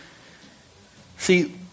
see